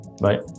Bye